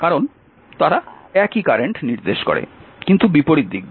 কারণ তারা একই কারেন্ট নির্দেশ করে কিন্তু বিপরীত দিক দিয়ে